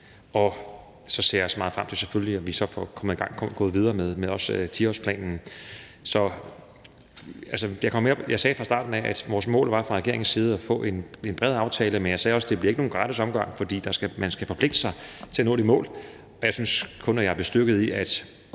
jeg selvfølgelig også meget frem til, at vi også kommer i gang med og går videre med 10-årsplanen. Jeg sagde fra starten, at vores mål fra regeringens side var at få en bred aftale, men jeg sagde også, at det ikke bliver nogen gratis omgang, fordi man skal forpligte sig til at nå de mål, og jeg synes kun, at jeg er bestyrket i, at